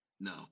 No